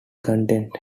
content